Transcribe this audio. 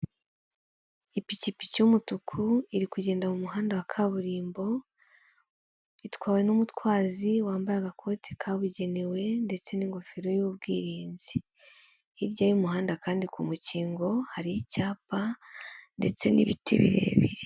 Ipikipiki y'umutuku iri kugenda mu muhanda wa kaburimbo, itwawe n'umutwazi wambaye agakoti kabugenewe ndetse n'ingofero y'ubwirinzi. Hirya y'umuhanda kandi ku mukingo hari icyapa ndetse n'ibiti birebire.